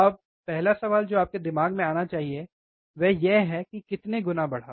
अब पहला सवाल जो आपके दिमाग में आना चाहिए वह यह है कि कितने गुणा बढ़ा